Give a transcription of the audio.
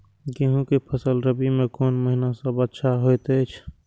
गेहूँ के फसल रबि मे कोन महिना सब अच्छा होयत अछि?